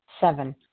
Seven